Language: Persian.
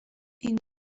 این